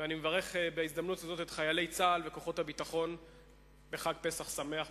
ואני מברך בהזדמנות זאת את חיילי צה"ל וכוחות הביטחון בחג פסח שמח וכשר.